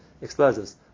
explosives